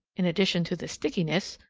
in addition to the stickiness,